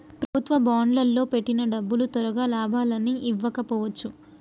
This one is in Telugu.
ప్రభుత్వ బాండ్లల్లో పెట్టిన డబ్బులు తొరగా లాభాలని ఇవ్వకపోవచ్చు